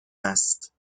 است